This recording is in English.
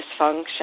dysfunction